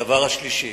הדבר השלישי,